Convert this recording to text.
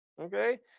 Okay